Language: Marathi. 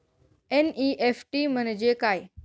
एन.ई.एफ.टी म्हणजे काय?